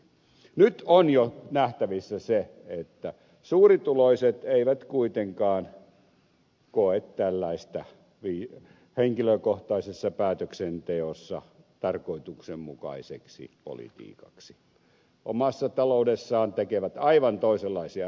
nyt on jo nähtävissä se että suurituloiset eivät kuitenkaan koe tällaista henkilökohtaisessa päätöksenteossa tarkoituksenmukaiseksi politiikaksi omassa taloudessaan tekevät aivan toisenlaisia ratkaisuja